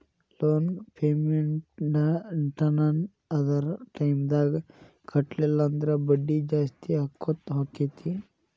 loan payment ನ್ನ ಅದರ್ ಟೈಮ್ದಾಗ್ ಕಟ್ಲಿಲ್ಲಂದ್ರ ಬಡ್ಡಿ ಜಾಸ್ತಿಅಕ್ಕೊತ್ ಹೊಕ್ಕೇತಿ